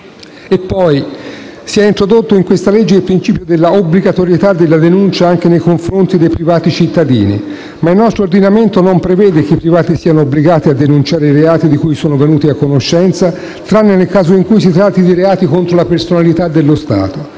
è inoltre introdotto in questa legge il principio dell'obbligatorietà della denuncia anche nei confronti dei privati cittadini. Ma il nostro ordinamento non prevede che i privati siano obbligati a denunciare i reati di cui sono venuti a conoscenza, tranne nel caso in cui si tratti di reati contro la personalità dello Stato.